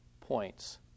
points